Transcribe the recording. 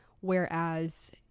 whereas